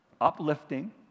uplifting